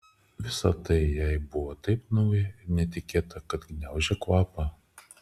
visa tai jai buvo taip nauja ir netikėta kad gniaužė kvapą